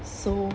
so